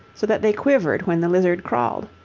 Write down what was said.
so that they quivered when the lizard crawled.